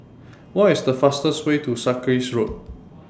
What IS The fastest Way to Sarkies Road